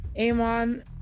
Amon